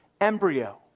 embryo